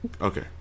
Okay